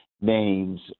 names